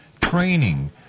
training